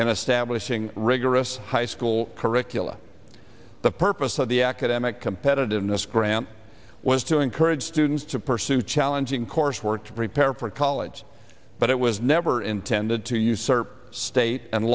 establishing rigorous high school curricula the purpose of the academic competitiveness grant was to encourage students to pursue challenging coursework to prepare for college but it was never intended to usurp state and